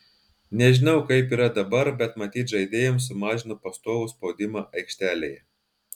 nežinau kaip yra dabar bet matyt žaidėjams sumažino pastovų spaudimą aikštelėje